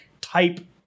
type